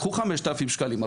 קחו 5,000 שקלים.